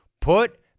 put